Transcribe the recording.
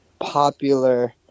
popular